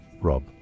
Rob